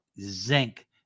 zinc